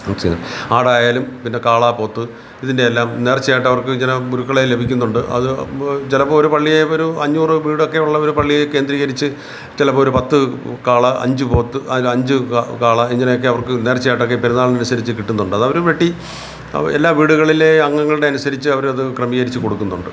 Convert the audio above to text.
ചെ ആടായാലും പിന്നെ കാള പോത്ത് ഇതിന്റെ എല്ലാം നേർച്ചയായിട്ട് അവർക്ക് ഇങ്ങനെ മുരുക്കളെ ലഭിക്കുന്നുണ്ട് അത് ചിലപ്പോൾ ഒരു പള്ളിയെ ഒരു അഞ്ഞൂറ് വീടൊക്കെ ഉള്ള ഒരു പള്ളിയെ കേന്ദ്രീകരിച്ച് ചിലപ്പോൾ ഒരു പത്ത് കാള അഞ്ച് പോത്ത് അതിൽ അഞ്ച് ക കാള ഇങ്ങനെ ഒക്കെ അവർക്ക് നേർച്ചയായിട്ടൊക്കെ പെരുന്നാളിനനുസരിച്ച് കിട്ടുന്നുണ്ട് അത് അവർ വെട്ടി എല്ലാ വീടുകളിലെ അംഗങ്ങളുടെ അനുസരിച്ച് അവർ അത് ക്രമീകരിച്ച് കൊടുക്കുന്നുണ്ട്